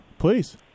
please